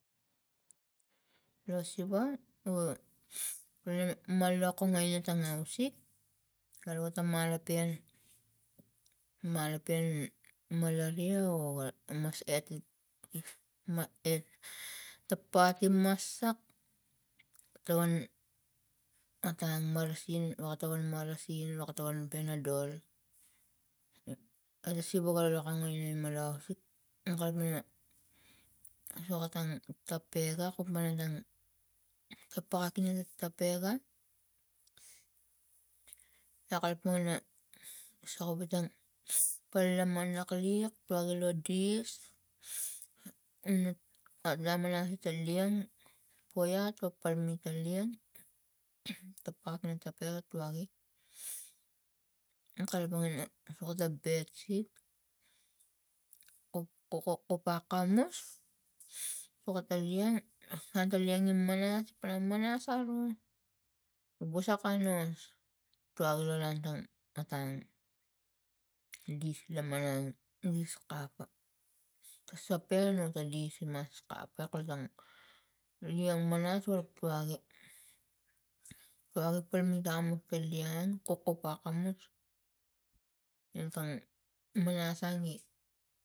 Lo siva o ra ma lokomo ina tang ausik garwuat ta malopen malopen maralia o mas etik ma es ta paki masak ton otang marasin, weka tong marasin, weka tong panadol ata siva arika malai to ausik ri kalapang ina soka tang tapega ra kulpa tang ta pagak ina tapega ra kalapang ina soko vitang pagila lak man liak pagila dis nama nas ita liang poiat o palmet ta liang ta pap in pega tuogi kalapang ina soko ta bedsit ko koko kopakamus soko ta liang langta liang i manas pana manas aro wosakai nos tuagil lo langtan otang dis la malang dis kape lo tang liang manas kulpagi tuagi palmet amus ta liang kokopakamus tang manas angi.